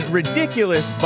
ridiculous